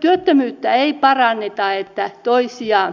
työttömyyttä ei paranneta toisia